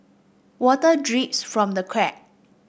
water drips from the crack